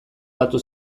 batu